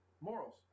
Morals